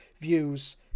views